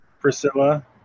Priscilla